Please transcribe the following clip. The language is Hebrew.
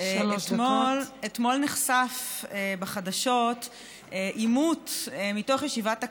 אתמול נחשף בחדשות עימות מתוך ישיבת הקבינט.